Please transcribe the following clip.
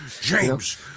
James